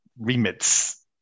remits